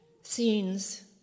Scenes